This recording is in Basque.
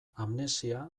amnesia